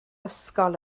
ysgol